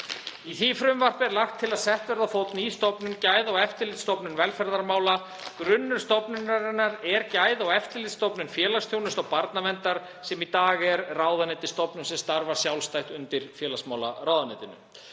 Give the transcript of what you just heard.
Í því frumvarpi er lagt til að sett verði á fót ný stofnun, Gæða- og eftirlitsstofnun velferðarmála. Grunnur stofnunarinnar er Gæða- og eftirlitsstofnun félagsþjónustu og barnaverndar sem í dag er ráðuneytisstofnun sem starfar sjálfstætt undir félagsmálaráðuneytinu.